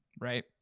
right